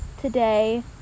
today